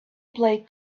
play